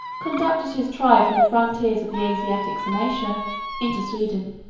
conducted his tribe from the frontiers of the asiatic sarmatia into sweden,